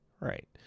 right